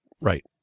right